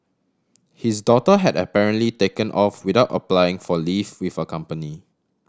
his daughter had apparently taken off without applying for leave with her company